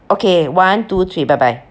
okay one two three bye bye